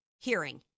hearing